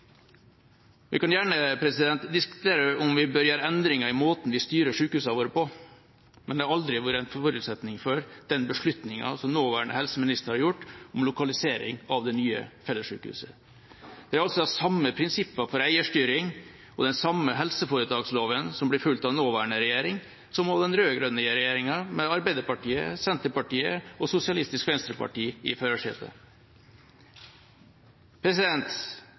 gjerne diskutert om vi bør foreta endringer i måten vi styrer sykehusene våre på, men det har aldri vært en forutsetning for den beslutningen som nåværende helseminister har tatt om lokalisering av det nye fellessykehuset. Det er de samme prinsippene for eierstyring og den samme helseforetaksloven som blir fulgt av nåværende regjering som av den rød-grønne regjeringa med Arbeiderpartiet, Senterpartiet og Sosialistisk Venstreparti i